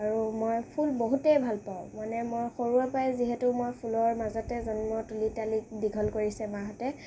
আৰু মই ফুল বহুতে ভাল পাওঁ মানে মই সৰুৰেপৰা যিহেতু মই ফুলৰ মাজতে জন্ম তুলি তালি দীঘল কৰিছে মাহঁতে